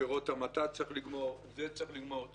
עבירות המתה צריך לגמור, את זה צריך לגמור.